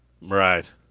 Right